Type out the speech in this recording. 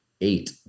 eight